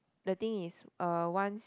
the thing is uh once